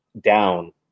down